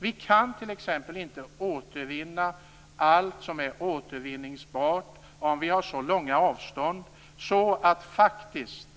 Vi kan t.ex. inte återvinna allt som är återvinningsbart, om avstånden är så långa att transporterna faktiskt